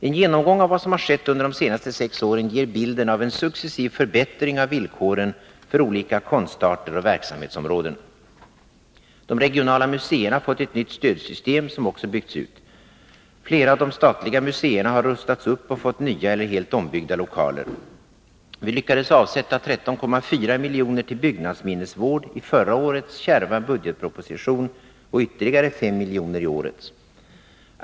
En genomgång av vad som har skett under de senaste sex åren ger bilden av en successiv förbättring av villkoren för olika konstarter och verksamhetsområden. De regionala museerna har fått ett nytt stödsystem, som också byggts ut. Flera av de statliga museerna har rustats upp och fått nya eller helt ombyggda lokaler. Vi lyckades avsätta 13,4 milj.kr. till byggnadsminnesvård i förra årets kärva budgetproposition, och ytterligare 5 miljoner i årets.